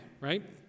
right